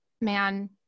man